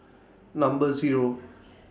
Number Zero